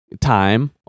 time